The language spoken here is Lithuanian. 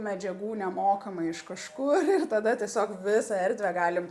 medžiagų nemokamai iš kažkur ir tada tiesiog visą erdvę galim